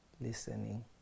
listening